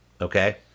Okay